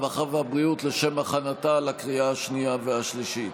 הרווחה והבריאות לשם הכנתה לקריאה השנייה והשלישית.